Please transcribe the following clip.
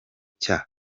cya